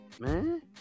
Man